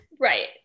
Right